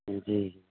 جی